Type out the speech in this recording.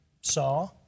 saw